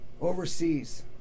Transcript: Overseas